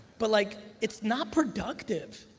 but, like it's not productive.